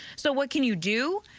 so what can you do?